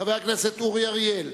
חבר הכנסת אורי אריאל,